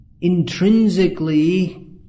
Intrinsically